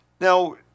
Now